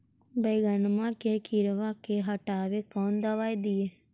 बैगनमा के किड़बा के हटाबे कौन दवाई दीए?